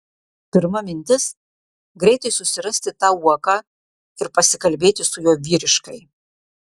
pirma mintis greitai susirasti tą uoką ir pasikalbėti su juo vyriškai